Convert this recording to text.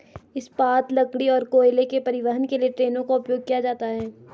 इस्पात, लकड़ी और कोयले के परिवहन के लिए ट्रेनों का उपयोग किया जाता है